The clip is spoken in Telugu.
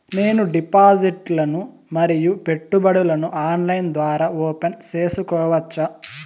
నేను డిపాజిట్లు ను మరియు పెట్టుబడులను ఆన్లైన్ ద్వారా ఓపెన్ సేసుకోవచ్చా?